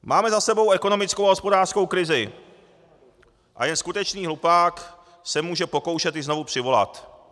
Máme za sebou ekonomickou a hospodářskou krizi a jen skutečný hlupák se může pokoušet ji znovu přivolat.